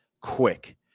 quick